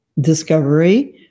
discovery